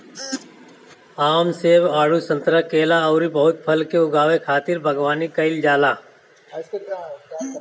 आम, सेब, आडू, संतरा, केला अउरी बहुते फल के उगावे खातिर बगवानी कईल जाला